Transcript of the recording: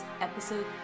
Episode